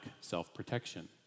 self-protection